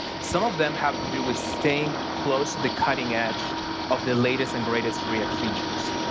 some of them have to do with staying close to the cutting edge of their latest and greatest react features,